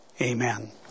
Amen